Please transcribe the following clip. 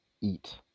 Eat